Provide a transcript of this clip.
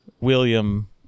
William